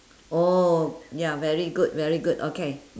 oh ya very good very good okay